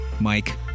Mike